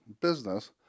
business